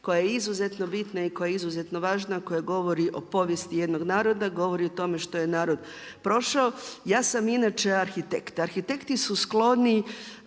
koja je izuzetno bitna i koja je izuzetno važna, koja govori o povijesti jednog naroda, govori o tome što je narod prošao. Ja sam inače arhitekt. Arhitekti su skloni